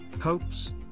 hopes